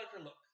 look